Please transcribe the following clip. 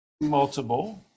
multiple